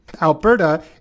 Alberta